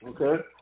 Okay